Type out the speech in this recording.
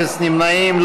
אפס נמנעים.